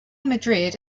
madrid